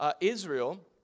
Israel